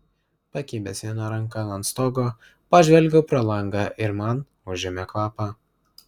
pakibęs viena ranka ant stogo pažvelgiau pro langą ir man užėmė kvapą